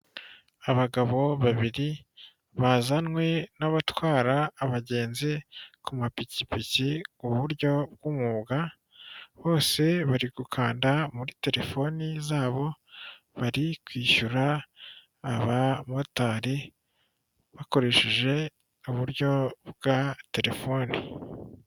Abagabo babiri bazanwe n'abatwara abagenzi ku mapikipiki ku buryo bw'umwuga, bose bari gukanda muri telefoni zabo bari kwishyura aba motari bakoresheje uburyo bwa telefoni.